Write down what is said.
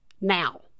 now